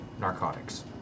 narcotics